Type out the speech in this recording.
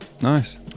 Nice